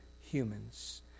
humans